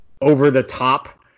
over-the-top